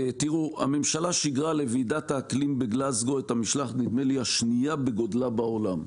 הממשלה שיגרה לוועידת האקלים בגלאזגו את המשלחת השנייה בגודלה בעולם,